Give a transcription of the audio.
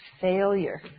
failure